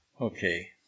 Okay